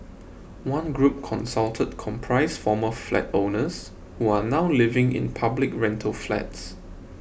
one group consulted comprised former flat owners who are now living in public rental flats